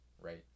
Right